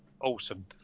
awesome